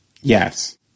Yes